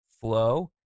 flow